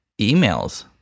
emails